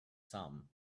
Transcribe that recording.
some